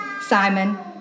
Simon